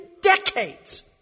decades